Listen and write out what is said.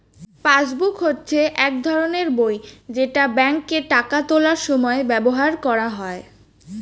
passbook হচ্ছে এক ধরনের বই যেটা ব্যাংকে টাকা তোলার সময় ব্যবহার করা হয়